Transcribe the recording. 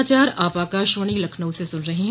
यह समाचार आप आकाशवाणी लखनऊ से सुन रहे हैं